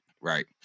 right